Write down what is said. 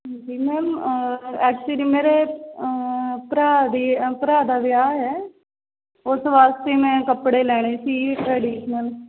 ਜੀ ma'am actually ਮੇਰੇ ਭਰਾ ਦੀ ਭਰਾ ਦਾ ਵਿਆਹ ਹੈ ਉਸ ਵਾਸਤੇ ਮੈਂ ਕੱਪੜੇ ਲੈਣੇ ਸੀ ਟਰੇਡੀਸ਼ਨਲ